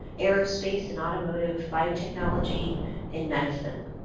aerospace and automotive, biotechnology and medicine.